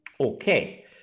okay